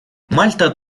мальта